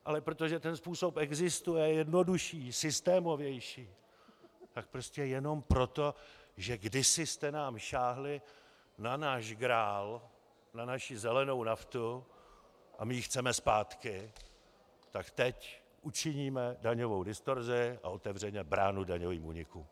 Ale protože ten způsob existuje, je jednodušší, systémovější, tak prostě jenom proto, že kdysi jste nám sáhli na náš grál, na naši zelenou naftu, a my ji chceme zpátky, tak teď učiníme daňovou distorzi a otevřeme bránu daňovým únikům.